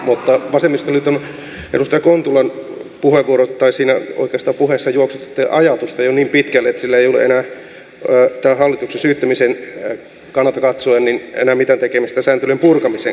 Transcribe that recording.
mutta vasemmistoliiton edustaja kontulan puheenvuorossa oikeastaan juoksutitte ajatusta jo niin pitkälle että sillä ei ole enää tämän hallituksen syyttämisen kannalta katsoen mitään tekemistä sääntelyn purkamisen kanssa